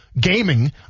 gaming